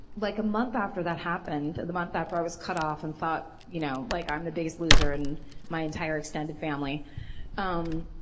like a month after that happened, a month after i was cut off and thought, you know like i'm the biggest loser in my entire extended family um